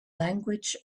language